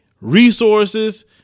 resources